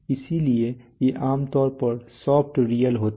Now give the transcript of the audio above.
इसलिए ये आमतौर पर सॉफ्ट रियल होते हैं